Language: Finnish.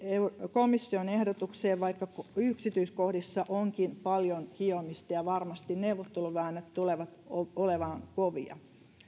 komission ehdotukseen vaikka yksityiskohdissa onkin paljon hiomista ja varmasti neuvotteluväännöt tulevat olemaan kovia